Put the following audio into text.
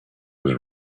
was